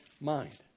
mind